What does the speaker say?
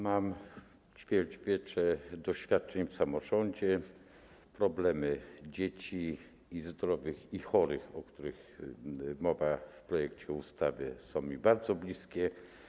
Mam ćwierć wieku doświadczeń w sferze samorządowej, a problemy dzieci zdrowych i chorych, o których mowa w projekcie ustawy, są mi bardzo bliskie.